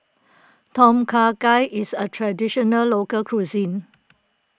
Tom Kha Gai is a Traditional Local Cuisine